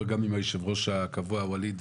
אני אדבר גם עם היושב ראש הקבוע ווליד,